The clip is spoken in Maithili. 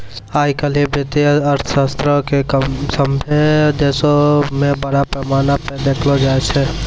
आइ काल्हि वित्तीय अर्थशास्त्रो के सभ्भे देशो मे बड़ा पैमाना पे देखलो जाय छै